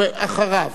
אחריו